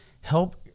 help